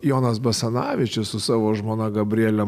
jonas basanavičius su savo žmona gabriele